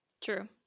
True